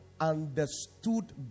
understood